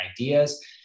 ideas